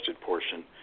portion